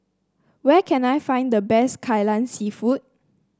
where can I find the best Kai Lan seafood